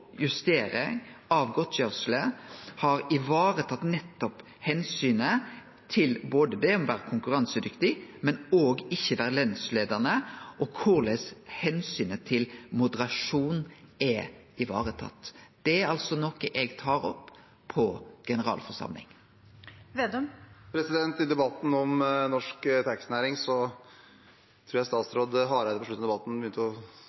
justering av godtgjersle har vareteke nettopp omsynet til det å vere konkurransedyktig, men ikkje lønsleiande, og korleis omsynet til moderasjon er vareteke. Det er noko eg tek opp på generalforsamling. På slutten av debatten om norsk